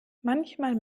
manchmal